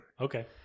Okay